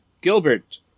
Gilbert